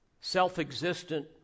self-existent